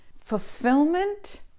fulfillment